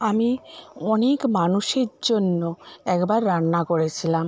আমি অনেক মানুষের জন্য একবার রান্না করেছিলাম